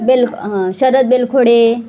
बिलख् Sharad Bilkhode